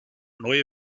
neue